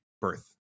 birth